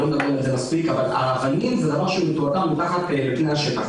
אבל האבנים זה דבר שמטואטא מתחת לפני השטח.